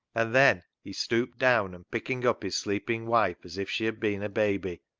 and then he stooped down, and picking up his sleeping wife as if she had been a baby,